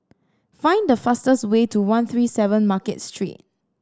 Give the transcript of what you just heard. find the fastest way to one three seven Market Street